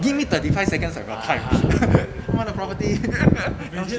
give me thirty five seconds of your time 什么的 property 到久